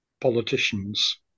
politicians